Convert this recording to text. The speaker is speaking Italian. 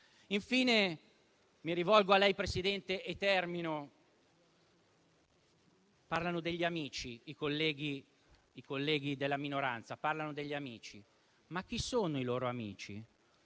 Infine, mi rivolgo a lei, Presidente, e termino. Parlano degli amici, i colleghi della minoranza; ma chi sono i loro amici?